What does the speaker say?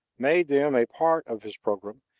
made them a part of his program,